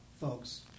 folks